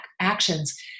actions